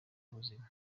ubuzima